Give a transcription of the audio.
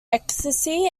ecstasy